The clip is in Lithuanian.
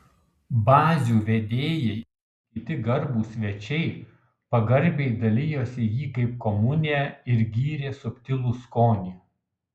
bazių vedėjai ir kiti garbūs svečiai pagarbiai dalijosi jį kaip komuniją ir gyrė subtilų skonį